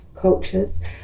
cultures